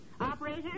Operator